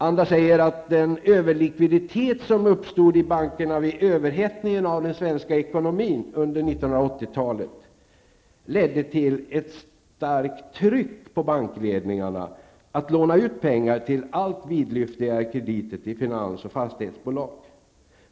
Andra säger att den överlikviditet som uppstod i bankerna vid överhettningen av den svenska ekonomin under 1980-talet ledde till ett starkt tryck på bankledningarna att låna ut pengar på ett allt vidlyftigare sätt till finans och fastighetsbolag.